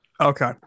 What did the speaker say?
okay